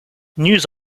news